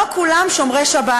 לא כולם שומרי שבת.